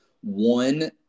one